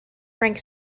frank